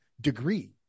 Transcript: degree